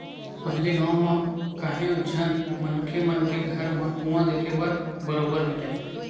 पहिली गाँव म काहेव झन मनखे मन के घर म कुँआ देखे बर बरोबर मिलय